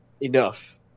enough